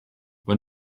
when